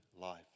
life